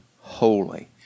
holy